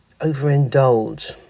overindulge